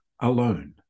Alone